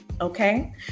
okay